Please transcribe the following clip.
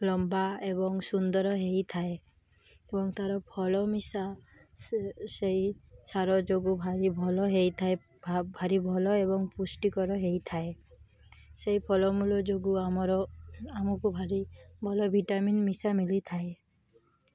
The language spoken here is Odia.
ଲମ୍ବା ଏବଂ ସୁନ୍ଦର ହେଇଥାଏ ଏବଂ ତାର ଫଳ ମିଶା ସାର ଯୋଗୁଁ ଭାରି ଭଲ ହେଇଥାଏ ଭାରି ଭଲ ଏବଂ ପୁଷ୍ଟିକର ହେଇଥାଏ ସେଇ ଫଳମୂଳ ଯୋଗୁଁ ଆମର ଆମକୁ ଭାରି ଭଲ ଭିଟାମିନ୍ ମିଶା ମିଳିଥାଏ